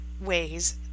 ways